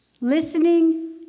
listening